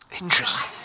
Interesting